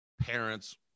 parents